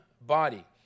body